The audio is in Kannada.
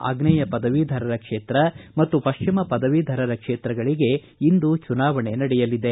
ಆಗ್ನೇಯ ಪದವೀಧರರ ಕ್ಷೇತ್ರ ಮತ್ತು ಪಶ್ಚಿಮ ಪದವೀಧರರ ಕ್ಷೇತ್ರಗಳಿಗೆ ಇಂದು ಚುನಾವಣೆ ನಡೆಯಲಿದೆ